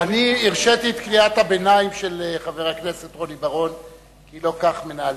הרשיתי את קריאת הביניים של חבר הכנסת רוני בר-און כי לא כך מנהלים,